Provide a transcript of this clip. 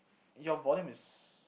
your volume is